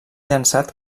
llançat